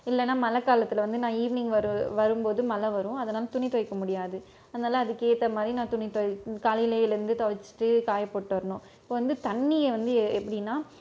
இல்லைனா மழை காலத்தில் வந்து நான் ஈவினிங் வரும் போது மழை வரும் அதனால் துணி துவைக்க முடியாது அதனால் அதுக்கேற்ற மாதிரி நான் துணி துவைக் காலையில் எழுந்து துவசிட்டு காயப்போட்டு வரணும் இப்போ வந்து தண்ணியை வந்து எப்படினா